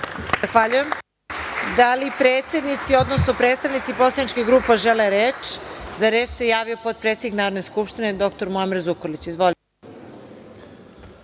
Hvala.